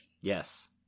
Yes